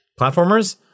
platformers